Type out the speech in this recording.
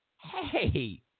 Hey